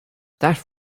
that